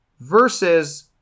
versus